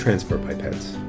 transfer pipettes.